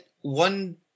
One